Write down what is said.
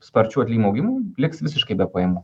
sparčų atlyginimų augimų liks visiškai be pajamų